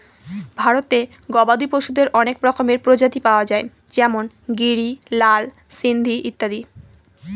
ভারতে গবাদি পশুদের অনেক রকমের প্রজাতি পাওয়া যায় যেমন গিরি, লাল সিন্ধি ইত্যাদি